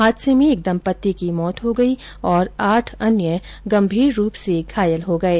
हादसे में एक दंपत्ति की मौत हो गई और आठ अन्य गंभीर रूप से घायल हो गये